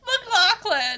McLaughlin